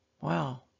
Wow